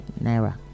naira